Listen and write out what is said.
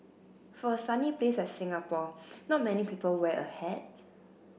for a sunny place like Singapore not many people wear a hat